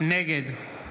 נגד